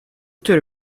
tür